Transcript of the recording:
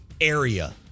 area